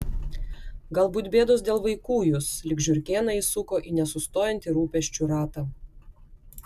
galbūt bėdos dėl vaikų jus lyg žiurkėną įsuko į nesustojantį rūpesčių ratą